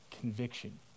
conviction